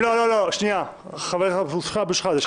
מה קורה שלא מציעים להעביר את זה לוועדה למעמד האישה?